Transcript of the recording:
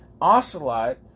Ocelot